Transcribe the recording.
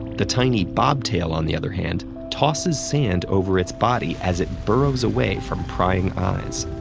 the tiny bobtail, on the other hand, tosses sand over its body as it burrows away from prying eyes.